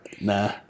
Nah